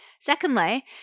Secondly